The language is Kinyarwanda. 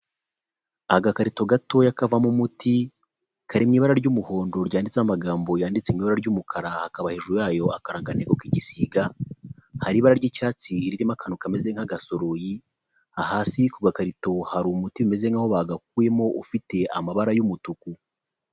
Agakarito gatoya kavamo umuti kari mw'ibara ry'umuhondo ryanditse amagambo yanditse ibara ry'umukara hakaba hejuru yayo akarangantego ry'igisiga hari ibara ry'icyatsi ririmo akantu kameze nk'agasoroyi hasi ku gakarito hari umuti umeze nkaho bagakuyemo ufite amabara y'umutuku.